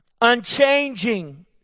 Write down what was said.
unchanging